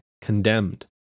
condemned